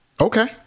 okay